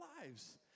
lives